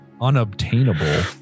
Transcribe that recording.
unobtainable